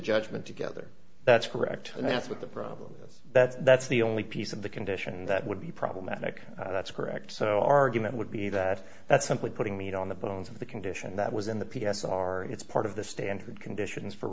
judgment together that's correct and that's what the problem is that's that's the only piece of the condition that would be problematic that's correct so argument would be that that's simply putting meat on the bones of the condition that was in the p s r it's part of the standard conditions for